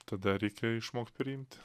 tada reikia išmokt priimti